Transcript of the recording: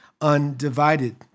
undivided